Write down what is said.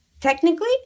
Technically